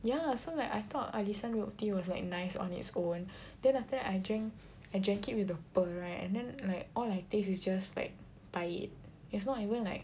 ya so like I thought alisan milk tea was like nice on its own then after that I drank I drank it with the pearl right and then like all I taste is just like pahit it's not even like